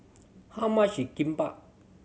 how much is Kimbap